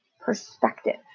perspective